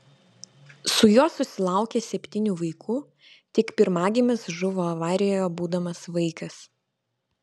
su juo susilaukė septynių vaikų tik pirmagimis žuvo avarijoje būdamas vaikas